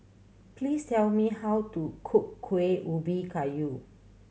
please tell me how to cook Kueh Ubi Kayu